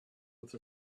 with